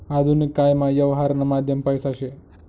आधुनिक कायमा यवहारनं माध्यम पैसा शे